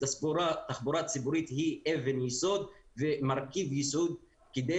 תחבורה ציבורית היא אבן-יסוד ומרכיב יסוד כדי